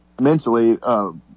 mentally